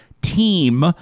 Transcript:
team